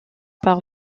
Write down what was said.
par